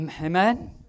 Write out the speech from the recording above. Amen